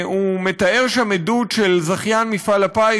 הוא מתאר שם עדות של זכיין מפעל הפיס,